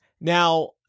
Now